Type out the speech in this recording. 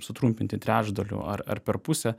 sutrumpinti trečdaliu ar ar per pusę